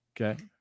Okay